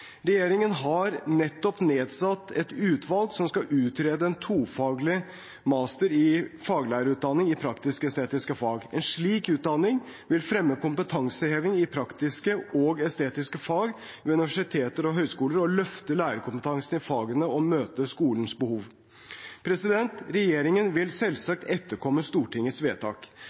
Regjeringen har nettopp nedsatt et utvalg som skal utrede en tofaglig master i faglærerutdanning i praktisk-estetiske fag. En slik utdanning vil fremme kompetanseheving i praktiske og estetiske fag ved universiteter og høyskoler, løfte lærerkompetansen i fagene og møte skolens behov. Regjeringen vil selvsagt etterkomme Stortingets vedtak.